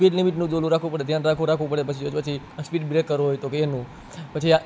speed લિમિટનું પહેલું રાખવું પડે ધ્યાન રાખવું રાખવું પડે પછી જો પછી સ્પીડ બ્રેકર હોય તો કે એનું પછી આ